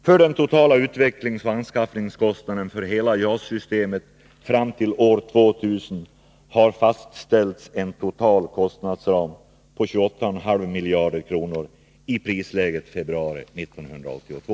För den totala utvecklingsoch anskaffningskostnaden för hela JAS-systemet fram till år 2000 har fastställts en total kostnadsram om 28,5 miljarder kronor i prisläget februari 1982.